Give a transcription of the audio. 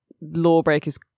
Lawbreakers